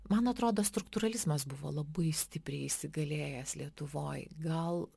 man atrodo struktūralizmas buvo labai stipriai įsigalėjęs lietuvoj gal